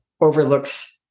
overlooks